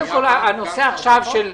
בבקשה.